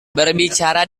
berbicara